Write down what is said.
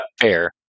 fair